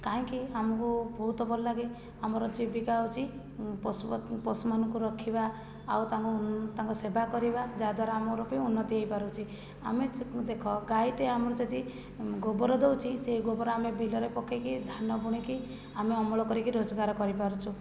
କାହିଁକି ଆମକୁ ବହୁତ ଭଲ ଲାଗେ ଆମର ଜୀବିକା ହେଉଛି ପଶୁମାନଙ୍କୁ ରଖିବା ଆଉ ତାଙ୍କୁ ତାଙ୍କ ସେବା କରିବା ଯାହାଦ୍ଵାରା ଆମର ବି ଉନ୍ନତି ହେଇପାରୁଛି ଆମେ ଦେଖ ଗାଈଟେ ଆମର ଯଦି ଗୋବର ଦେଉଛି ସେହି ଗୋବର ଆମେ ବିଲରେ ପକାଇବ କି ଧାନ ବୁଣିକି ଆମେ ଅମଳ କରିକି ରୋଜଗାର କରିପାରୁଛୁ